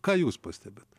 ką jūs pastebit